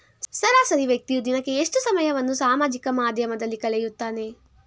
ಸರಾಸರಿ ವ್ಯಕ್ತಿಯು ದಿನಕ್ಕೆ ಎಷ್ಟು ಸಮಯವನ್ನು ಸಾಮಾಜಿಕ ಮಾಧ್ಯಮದಲ್ಲಿ ಕಳೆಯುತ್ತಾನೆ?